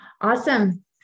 Awesome